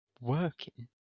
Working